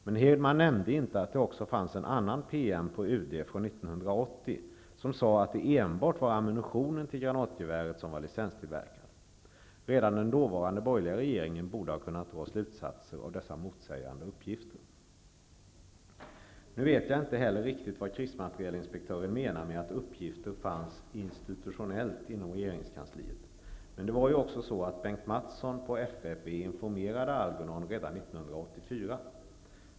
Men Hirdman nämnde inte att det också fanns en annan PM på UD, från 1980, som sade att det enbart var ammunitionen till granatgeväret som var licenstillverkad. Redan den dåvarande borgerliga regeringen borde ha kunnat dra slutsatser av dessa motsägande uppgifter. Jag vet inte heller riktigt vad krigsmaterielinspektören menar med att uppgifter fanns ''institutionellt'' inom regeringskansliet, men det var ju också så att Bengt Mattson på FFV informerade Algernon redan 1984.